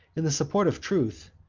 in the support of truth,